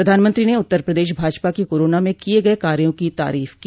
प्रधानमंत्री ने उत्तर प्रदेश भाजपा की कोरोना में किये गये कार्यो की तारीफ की